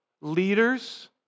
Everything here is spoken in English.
Leaders